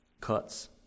cuts